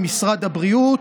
עם משרד הבריאות,